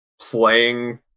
playing